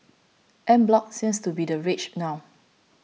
En bloc seems to be the rage now